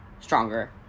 stronger